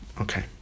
Okay